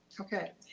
okay.